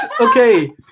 okay